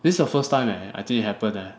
this is the first time leh I think it happen eh